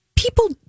People